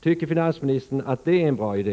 Tycker finansministern att det är en bra idé?